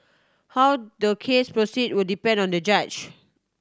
how the case proceed will depend on the judge